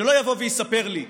שלא יבוא ויספר לי,